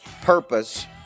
purpose